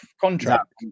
contract